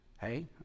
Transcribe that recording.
Hey